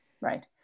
right